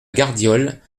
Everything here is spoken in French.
gardiole